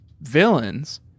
villains